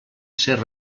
ser